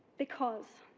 because,